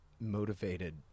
motivated